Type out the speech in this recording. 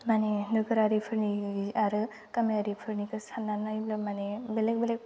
माने नोगोरारिफोरनि आरो गामियारिफोरनिखो सानना नायब्ला माने बेलेक बेलेक